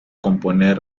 componer